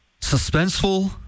suspenseful